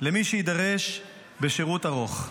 למי שיידרש בשירות ארוך.